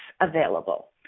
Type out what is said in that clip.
available